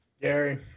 Gary